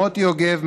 מוטי יוגב,